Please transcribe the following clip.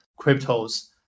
cryptos